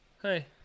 Hey